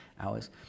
hours